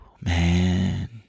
man